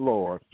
Lord